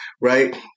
right